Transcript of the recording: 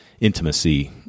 intimacy